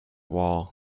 wall